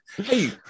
hey